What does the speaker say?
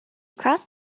crossed